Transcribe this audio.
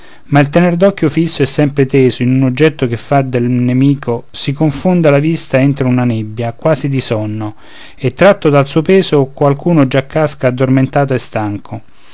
ma il tener l'occhio fisso e sempre teso in un oggetto fa che del nemico si confonda la vista entro una nebbia quasi di sonno e tratto dal suo peso qualcun già casca addormentato e stanco